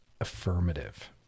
affirmative